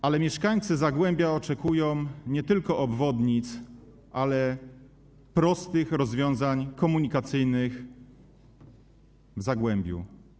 Przy tym mieszkańcy Zagłębia oczekują nie tylko obwodnic, ale i prostych rozwiązań komunikacyjnych w Zagłębiu.